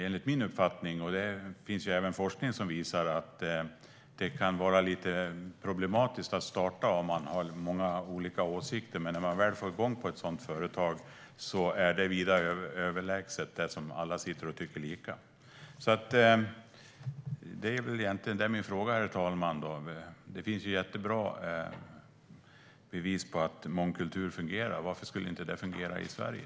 Enligt min uppfattning - det finns även forskning som visar det - kan det vara lite problematiskt att starta ett företag om det är människor som har många olika åsikter, men när man väl får igång ett sådant företag är det vida överlägset ett företag där alla tycker lika. Herr talman! Det finns jättebra bevis på att mångkultur fungerar. Varför skulle det inte fungera i Sverige?